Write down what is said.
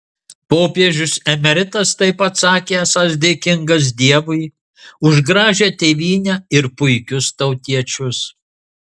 popiežius emeritas taip pat sakė esąs dėkingas dievui už gražią tėvynę ir puikius tautiečius